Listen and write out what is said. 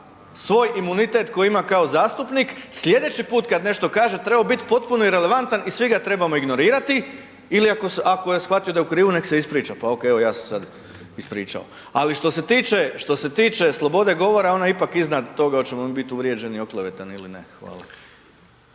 svoj imunitet koji ima kao zastupnik sljedeći put kada nešto kaže trebao bi biti potpuno irelevantan i svi ga trebamo ignorirati ili ako je shvatio da je u krivu neka se ispriča, pa ok evo ja se sad ispričao. Ali što se tiče, što se tiče slobode govora ona je ipak iznad toga hoćemo li biti uvrijeđeni, oklevetani ili ne. Hvala.